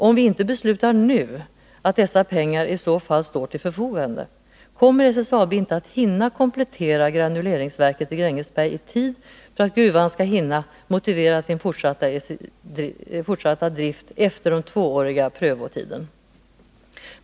Om vi inte beslutar nu att dessa pengar i så fall står till förfogande, kommer SSAB inte att hinna komplettera granuleringsverket i Grängesbergi tid för att gruvan skall hinna motivera den fortsatta driften efter den tvååriga prövotiden.